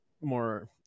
more